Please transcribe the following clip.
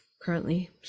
currently